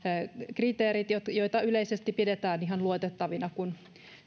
kriteerit joita joita yleisesti pidetään ihan luotettavina kun